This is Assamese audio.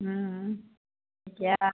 এতিয়া